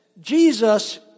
Jesus